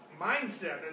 mindset